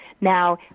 Now